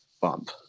bump